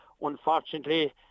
Unfortunately